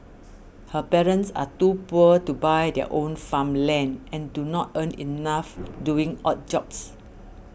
her parents are too poor to buy their own farmland and do not earn enough doing odd jobs